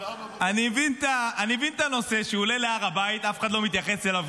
אני מבין את הנושא שהוא עולה להר הבית ואף אחד כבר לא מתייחס אליו,